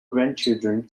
grandchildren